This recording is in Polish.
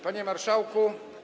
Panie Marszałku!